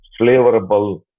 flavorable